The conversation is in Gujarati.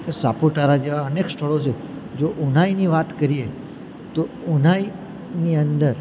કે સાપુતારા જેવા અનેક સ્થળો છે જો ઊનાઈની વાત કરીએ તો ઉનાઈની અંદર